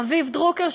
רביב דרוקר,